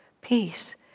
peace